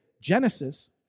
Genesis